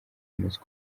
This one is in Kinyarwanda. bamaze